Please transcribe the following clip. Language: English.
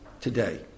today